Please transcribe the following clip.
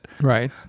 right